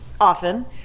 often